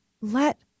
let